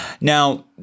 now